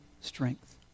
strength